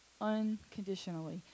unconditionally